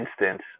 instance